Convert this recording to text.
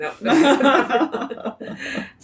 No